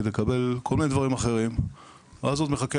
כדי לקבל כל מיני דברים אחרים ואז עוד מחכה